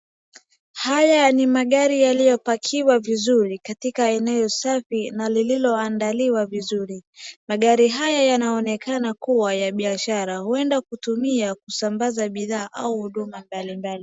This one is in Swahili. Haya ni magari yaliyopakiwa vizuri katika eneo safi na lililoandaliwa vizuri. Magari haya yanaonekana kuwa ya biashara huenda kutumia kusambaza bidhaa au huduma mbalimbali.